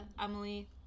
Emily